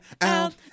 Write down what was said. out